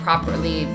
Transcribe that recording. Properly